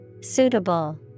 Suitable